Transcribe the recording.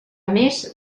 més